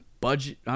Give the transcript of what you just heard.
budget